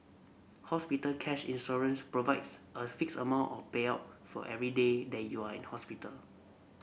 hospital cash insurance provides a fixed amount of payout for every day that you are in hospital